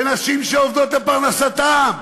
בנשים שעובדות לפרנסתן,